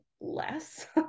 less